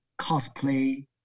cosplay